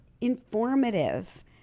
informative